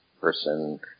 person